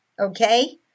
Okay